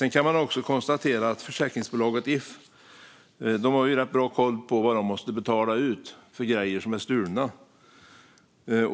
Man kan också konstatera att försäkringsbolaget If har rätt bra koll på vad de måste betala ut för grejer som är stulna.